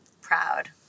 proud